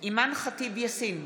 אימאן ח'טיב יאסין,